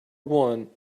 one